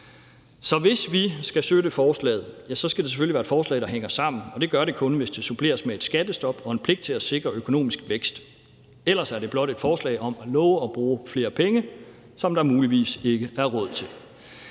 Så hvis vi skal støtte forslaget, skal det selvfølgelig være et forslag, der hænger sammen, og det gør det kun, hvis det suppleres med et skattestop og en pligt til at sikre økonomisk vækst. Ellers er det blot et forslag om at love at bruge flere penge, hvilket der muligvis ikke er råd til.